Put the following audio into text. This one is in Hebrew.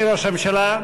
הממשלה.